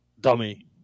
Dummy